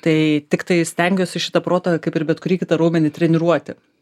tai tiktai stengiuosi šitą protą kaip ir bet kurį kitą raumenį treniruoti